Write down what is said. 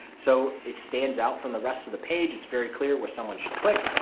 so it stands out from the rest of the page, it's very clear where someone should click.